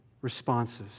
responses